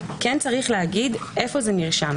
אפשר: בהסמכת יושב-ראש הוועדה.